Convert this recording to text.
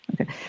okay